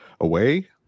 away